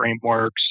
frameworks